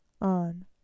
on